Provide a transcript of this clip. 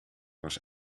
was